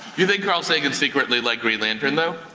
you think carl sagan secretly liked green lantern though?